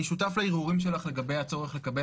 אני שותף להרהורים שלך לגבי הצורך לקבל